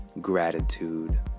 gratitude